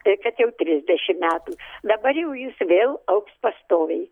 kad jau trisdešim metų dabar jau jis vėl augs pastoviai